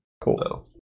cool